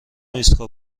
ایستگاه